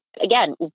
again